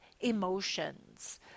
emotions